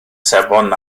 sebon